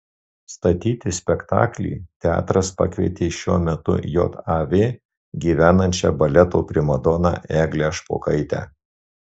statyti spektaklį teatras pakvietė šiuo metu jav gyvenančią baleto primadoną eglę špokaitę